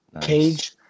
cage